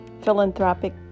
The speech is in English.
Philanthropic